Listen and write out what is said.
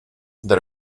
that